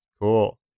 Cool